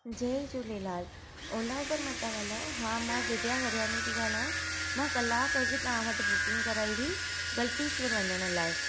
जय Jhulelal Ola Uber मां था ॻाल्हायो हा मां दिव्या हरियानी थी ॻाल्हायां मां कलाकु अॻु तव्हां वटि बुकिंग कराई हुई गल्टेश्वर वञण लाइ